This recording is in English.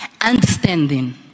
understanding